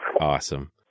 Awesome